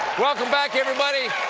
welcome bark everybody.